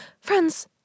Friends